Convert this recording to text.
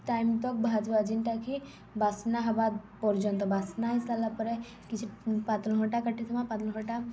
time ତକ୍ ଭାଜ୍ବା ଯେନ୍ଟାକି ବାସ୍ନା ହେବା ପର୍ଯ୍ୟନ୍ତ ବାସ୍ନା ହେଇସାର୍ଲା ପରେ କିଛି ପାତଲ୍ଘଟା କାଟିଥିମା ପାତଲ୍ଘଟା